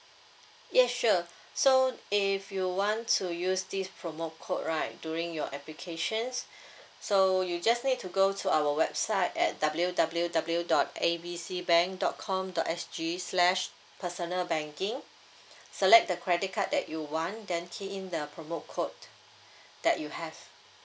yes sure so if you want to use this promo code right during your applications so you just need to go to our website at W_W_W dot A B C bank dot com dot S_G slash personal banking select the credit card that you want then key in the promo code that you have